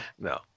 no